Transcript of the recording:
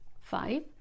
five